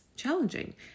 challenging